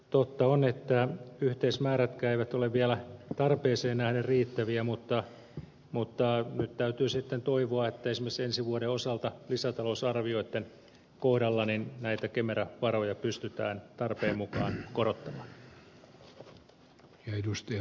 totta on että yhteismäärätkään eivät ole vielä tarpeeseen nähden riittäviä mutta nyt täytyy sitten toivoa että esimerkiksi ensi vuoden osalta lisätalousarvioitten kohdalla näitä kemera varoja pystytään tarpeen mukaan korottamaan